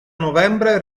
novembre